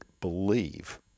believe